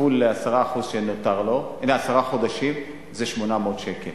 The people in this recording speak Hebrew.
כפול עשרה חודשים זה 800 ש"ח,